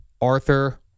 Arthur